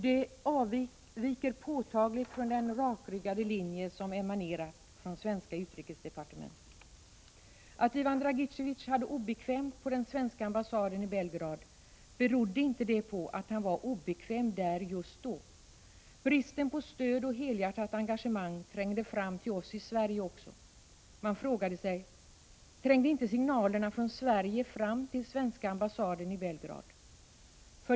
Det avviker påtagligt från den rakryggade linje som emanerat ifrån det svenska utrikesdepartementet. Att Ivan Dragitevi€ hade det obekvämt på den svenska ambassaden i Belgrad, berodde inte det på att han var obekväm där just då? Bristen på stöd och helhjärtat engagemang trängde fram till oss i Sverige också. Man frågade sig: Trängde inte signalerna från Sverige fram till svenska ambassaden i Belgrad?